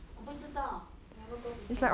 我不知道 never go before